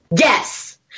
Yes